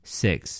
six